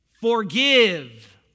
Forgive